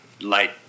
light